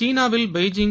சீனாவில் பெய்ஜிங்